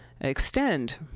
extend